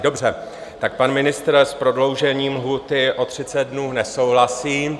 Dobře, tak pan ministr s prodloužením lhůty o 30 dnů nesouhlasí.